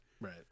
Right